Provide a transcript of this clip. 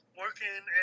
working